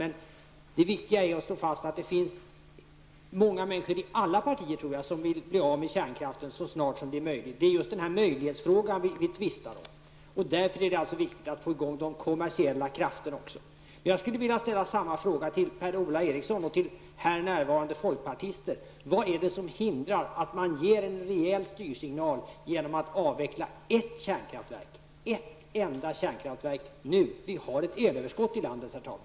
Men det viktiga är att slå fast att det finns många människor i alla partier som vill bli av med kärnkraften så snart som möjligt. Det är just denna möjlighet som vi tvistar om. Det är därför viktigt att också få i gång de kommersiella krafterna. Jag vill till Per-Ola Eriksson och här närvarande folkpartister ställa samma fråga jag tidigare ställde: Vad är det som hindrar att man ger en rejäl styrsignal genom att avveckla ett enda kärnkraftverk redan nu? Vi har ett elöverskott i landet, herr talman.